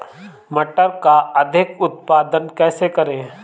मटर का अधिक उत्पादन कैसे करें?